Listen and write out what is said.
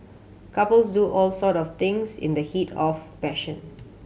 couples do all sort of things in the heat of passion